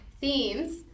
themes